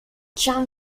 jon